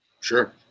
sure